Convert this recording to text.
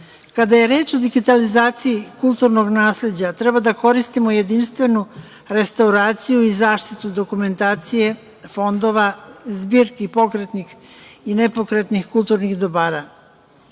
Kada je reč o digitalizaciji kulturnog nasleđa treba da koristimo jedinstvenu restoraciju i zaštitu dokumentacije fondova, zbirki pokretnih i nepokretnih kulturnih dobara.